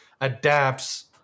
adapts